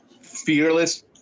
Fearless